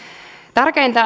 tärkeintä